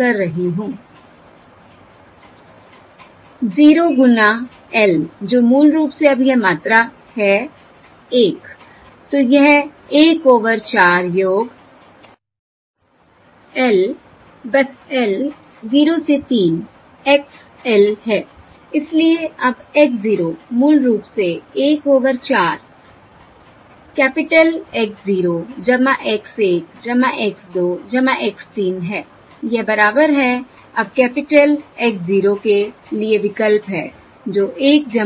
0 गुना l जो मूल रूप से अब यह मात्रा है 1 तो यह 1 ओवर 4 योग l बस l 0 से 3 X l है इसलिए अब x 0 मूल रूप से 1 over 4 capital X 0 X 1 X 2 X 3 है यह बराबर है अब कैपिटल X 0 के लिए विकल्प है जो 1 j